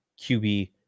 QB